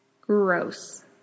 Gross